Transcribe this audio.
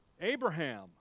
Abraham